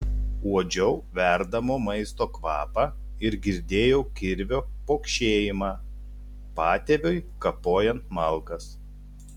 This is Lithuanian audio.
uodžiau verdamo maisto kvapą ir girdėjau kirvio pokšėjimą patėviui kapojant malkas